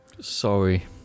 sorry